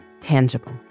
tangible